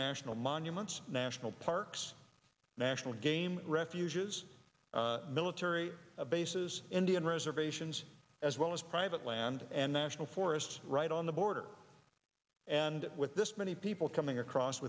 national monuments national parks national game refuges military bases indian reservations as well as private land and the national forests right on the border and with this many people coming across